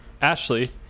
Ashley